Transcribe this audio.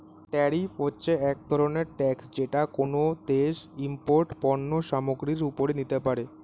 tariff হচ্ছে এক ধরনের ট্যাক্স যেটা কোনো দেশ ইমপোর্টেড পণ্য সামগ্রীর ওপরে নিতে পারে